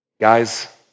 Guys